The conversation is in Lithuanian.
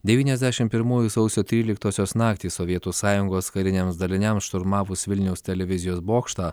devyniasdešimt pirmųjų sausio tryliktosios naktį sovietų sąjungos kariniams daliniams šturmavus vilniaus televizijos bokštą